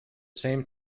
same